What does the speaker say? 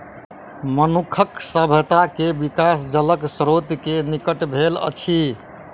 मनुखक सभ्यता के विकास जलक स्त्रोत के निकट भेल अछि